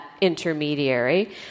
intermediary